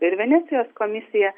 ir venecijos komisija